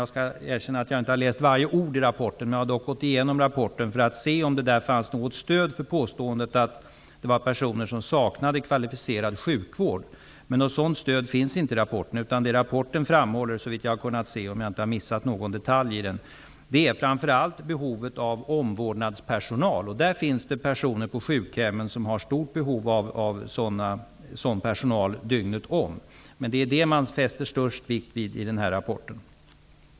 Jag har inte läst vartenda ord i rapporten, men jag har dock gått igenom rapporten för att se om där fanns något stöd för påståendet att det finns personer som saknar kvalificerad sjukvård. Något sådant stöd finns dock inte i rapporten. Vad som framhålls i denna är såvitt jag förstått, om jag inte har missat någon detalj i den, framför allt behovet av omvårdnadspersonal. Det finns personer på sjukhemmen som har stort behov av sådan personal dygnet om. Det är detta som man lägger den största vikten vid i denna rapport.